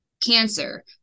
cancer